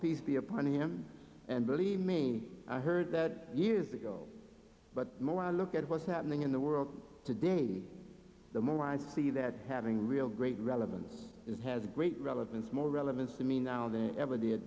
be upon him and believe me i heard that years ago but the more i look at what's happening in the world today the more i see that having real great relevance it has a great relevance more relevance to me now than ever did